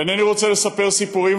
אינני רוצה לספר סיפורים,